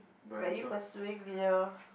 are you pursuing your